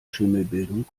schimmelbildung